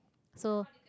so